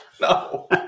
no